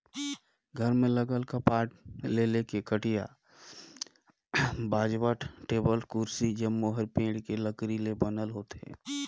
घर में लगल कपाट ले लेके खटिया, बाजवट, टेबुल, कुरसी जम्मो हर पेड़ के लकरी ले बनल होथे